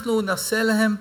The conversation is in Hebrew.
אנחנו נעשה להם,